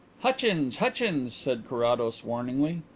hutchins! hutchins! said carrados warningly.